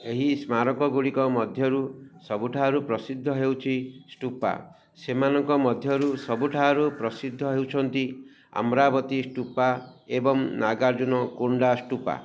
ଏହି ସ୍ମାରକଗୁଡ଼ିକ ମଧ୍ୟରୁ ସବୁଠାରୁ ପ୍ରସିଦ୍ଧ ହେଉଛି ଷ୍ଟୁପା ସେମାନଙ୍କ ମଧ୍ୟରୁ ସବୁଠାରୁ ପ୍ରସିଦ୍ଧ ହେଉଛନ୍ତି ଅମ୍ରାବତୀ ଷ୍ଟୁପା ଏବଂ ନାଗାର୍ଜୁନକୋଣ୍ଡା ଷ୍ଟୁପା